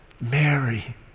Mary